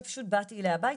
שפשוט באתי אליה הביתה,